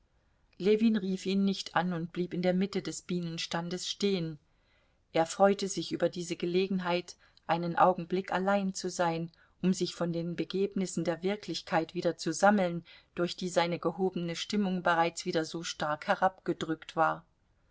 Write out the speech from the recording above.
ljewin rief ihn nicht an und blieb in der mitte des bienenstandes stehen er freute sich über diese gelegenheit einen augenblick allein zu sein um sich von den begebnissen der wirklichkeit wieder zu sammeln durch die seine gehobene stimmung bereits wieder so stark herabgedrückt war